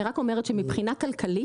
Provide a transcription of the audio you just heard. אני רק אומרת שמבחינה כלכלית,